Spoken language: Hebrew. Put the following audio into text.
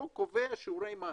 החוק קובע שיעורי מס.